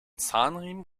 zahnriemen